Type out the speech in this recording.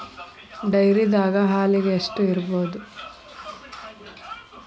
ಡೈರಿದಾಗ ಹಾಲಿಗೆ ಎಷ್ಟು ಇರ್ಬೋದ್?